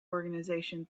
organization